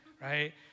right